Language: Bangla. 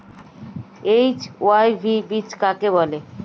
এইচ.ওয়াই.ভি বীজ কাকে বলে?